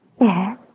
Yes